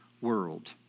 world